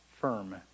firm